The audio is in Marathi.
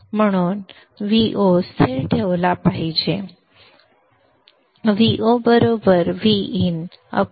म्हणून Vo कॉन्स्टंट ठेवला पाहिजे Vo Vin